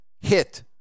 hit